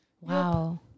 wow